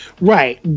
Right